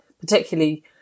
particularly